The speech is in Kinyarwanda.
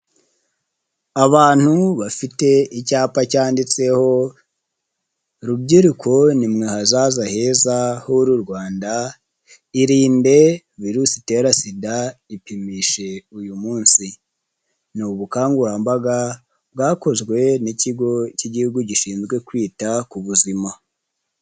Abantu bafite icyapa cyanditseho rubyiruko nimwe hazaza heza hu'uru Rwanda, irinde virusi itera sida, ipimishe uyu munsi ni ubukangurambaga bwakozwe n'ikigo cy'igihugu gishinzwe kwita ku buzima.